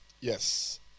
Yes